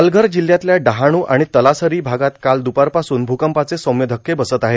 पालघर जिल्ह्यातल्या डहाणू आर्गण तलासरो भागांत काल दुपारपासून भूकंपाचे सौम्य धक्के बसत आहेत